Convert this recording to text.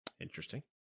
interesting